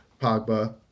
Pogba